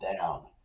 down